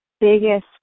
biggest